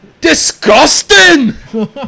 disgusting